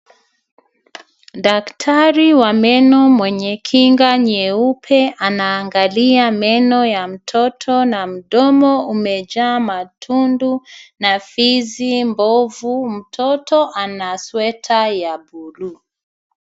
Daktari wa meno mwenye kinga nyeupe anaangalia meno ya mtoto na mdomo umejaa matundu na fizi mbovu. Mtoto ana sweta ya bluu.